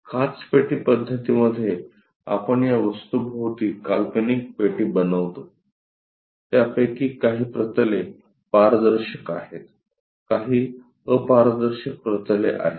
काचपेटी पद्धतीमध्ये आपण या वस्तू भोवती काल्पनिक पेटी बनवतो त्यापैकी काही प्रतले पारदर्शक आहेत त्यातील काही अपारदर्शक प्रतले आहेत